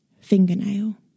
fingernail